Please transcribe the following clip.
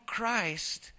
Christ